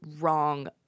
wrong